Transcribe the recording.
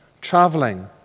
traveling